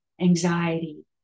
anxiety